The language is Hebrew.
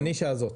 לנישה הזאת.